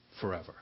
forever